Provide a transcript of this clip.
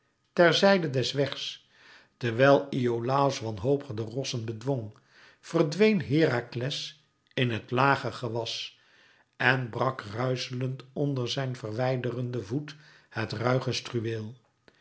ter zijde des wegs terwijl iolàos wanhopig de rossen bedwong verdween herakles in het lage gewas en brak ruischelend onder zijn verwijderenden voet het